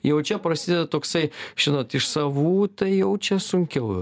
jau čia prasideda toksai žinot iš savų tai jau čia sunkiau